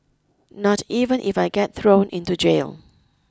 not even if I get thrown into jail